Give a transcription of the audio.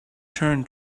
turned